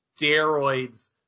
steroids